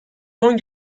son